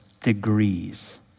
degrees